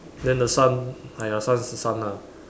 then the sun !aiya! sun is the sun lah